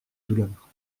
douleur